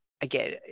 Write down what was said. again